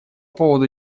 поводу